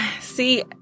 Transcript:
See